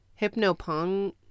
Hypnopong